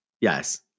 Yes